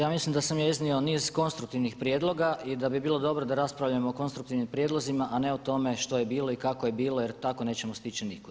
Pa ja mislim da sam ja iznio niz konstruktivnih prijedloga i da bi bilo dobro da raspravljamo o konstruktivnim prijedlozima a ne o tome što je bilo i kako je bilo jer tako nećemo stići nikuda.